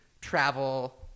travel